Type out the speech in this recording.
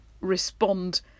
respond